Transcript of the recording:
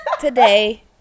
today